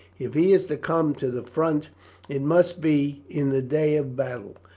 if he is to come to the front it must be in the day of battle.